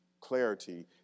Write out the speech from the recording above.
clarity